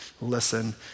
listen